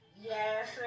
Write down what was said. Yes